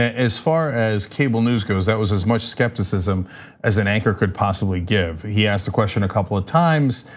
ah as far as cable news goes, that was as much skepticism as an anchor could possibly give. he asked a question a couple of times.